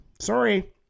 Sorry